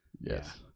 Yes